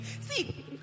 See